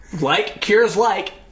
Like-cures-like